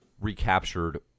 recaptured